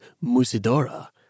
Musidora